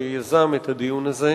שיזם את הדיון הזה.